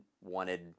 wanted